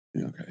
Okay